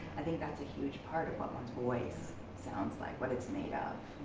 i think that's a huge part of what one's voice sounds like. what it's made of.